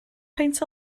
peint